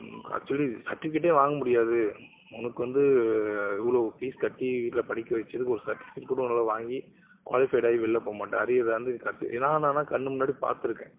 actually சர்டிவிகேட்டே வாங்க முடியாது உனக்கு வந்து இவ்வளோ ஃபீஸ் கட்டி வீட்டில் படிக்க வச்சதுக்கு ஒரு சர்டிஃபிகேட் கூட உன்னால் வாங்கி குவாலிஃபைடாகி வெளில போகமாட்ட அரியராக இருந்து நீ கடைசி ஏன்னால் நான் ஆனால் கண்ணுமுன்னாடி பார்த்துருக்கேன்